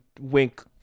wink